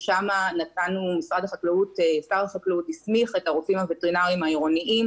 ששם שר החקלאות הסמיך את הרופאים הווטרינרים העירוניים